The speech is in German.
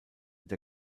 der